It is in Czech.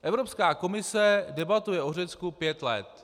Evropská komise debatuje o Řecku pět let.